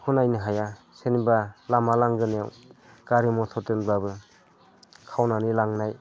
बेखौ नायनो हाया सोरनिबा लामा लांगोनायाव गारि मथर दोनब्लाबो खावनानै लांनाय